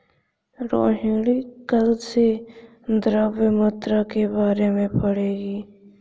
रोहिणी कल से द्रव्य मुद्रा के बारे में पढ़ेगी